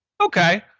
Okay